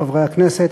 חברי הכנסת,